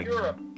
Europe